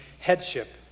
headship